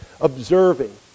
observing